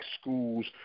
schools